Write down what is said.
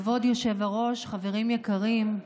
כבוד היושב-ראש, חברים יקרים,